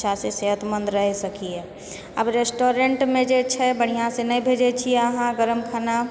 अच्छासँ सेहतमन्द रहि सकी आबऽ रेस्टोरेन्टमे जे छै बढ़िआँसँ नहि भेजे छिए अहाँ गरम खाना